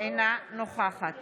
אינה נוכחת